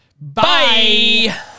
Bye